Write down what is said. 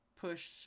push